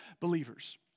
believers